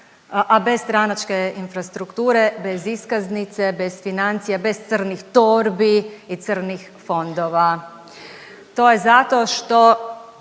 a bez stranačke infrastrukture, bez iskaznice, bez financija, bez crnih torbi i crnih fondova. To je zato što